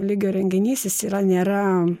lygio renginys jis yra nėra